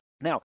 Now